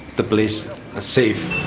the place safe.